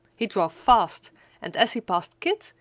he drove fast and, as he passed kit,